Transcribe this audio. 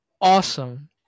awesome